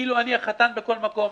כאילו אני החתן בכל מקום.